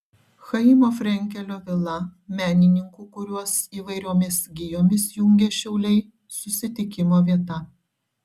chaimo frenkelio vila menininkų kuriuos įvairiomis gijomis jungia šiauliai susitikimo vieta